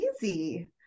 easy